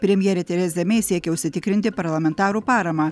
premjerė tereza mei siekia užsitikrinti parlamentarų paramą